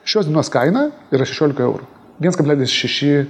šios dienos kaina yra šešiolika eurų viens kablelis šeši